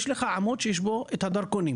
יש לך עמוד שיש בו את הדרכונים.